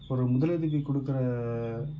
ஒரு முதலுதவி கொடுக்குற